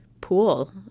pool